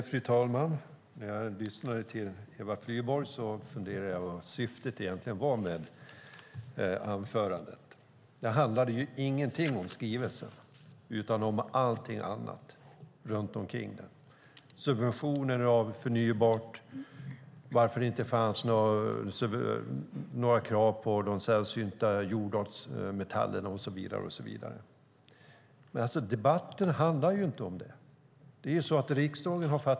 Fru talman! När jag lyssnade till Eva Flyborg funderade jag över vad syftet egentligen var med anförandet. Det sades ingenting om skrivelsen utan om allting annat runt omkring den. Det handlade om subventioner av förnybart, varför det inte fanns några krav på de sällsynta jordartsmetallerna och så vidare. Debatten handlar inte om det.